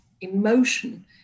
emotion